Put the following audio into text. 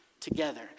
Together